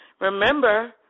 Remember